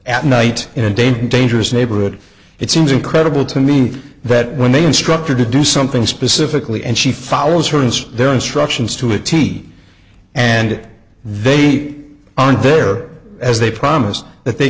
at night in a day dangerous neighborhood it seems incredible to me that when they instructed to do something specifically and she follows her and their instructions to a t and they aren't there as they promised that they